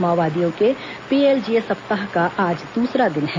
माओवादियों के पीएलजीए सप्ताह का आज द्रसरा दिन है